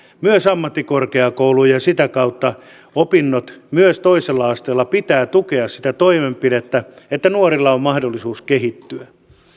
myös ammattikorkeakouluun ja sitä kautta opintojen myös toisella asteella pitää tukea sitä toimenpidettä että nuorilla on mahdollisuus kehittyä